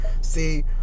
See